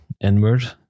inward